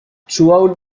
throughout